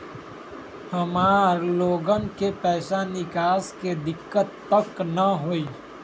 हमार लोगन के पैसा निकास में दिक्कत त न होई?